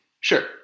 sure